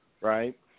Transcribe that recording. Right